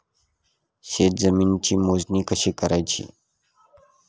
शेत जमिनीची मोजणी कशी करायची?